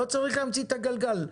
לא צריך להמציא את הגלגל.